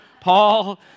Paul